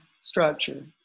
structure